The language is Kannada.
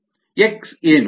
x ಏನು